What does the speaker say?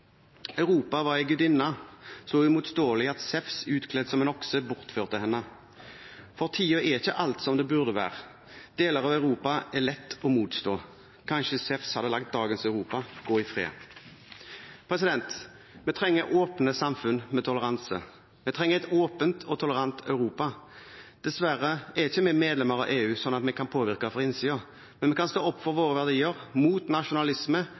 Europa var en gudinne – så uimotståelig at Zevs, utkledd som en okse, bortførte henne. For tiden er ikke alt som det burde være; deler av Europa er lett å motstå. Kanskje Zevs hadde latt dagens Europa gå i fred. Vi trenger åpne samfunn med toleranse. Vi trenger et åpent og tolerant Europa. Dessverre er ikke vi medlem av EU, slik at vi kan påvirke fra innsiden, men vi kan stå opp for våre verdier, mot nasjonalisme